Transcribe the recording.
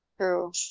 True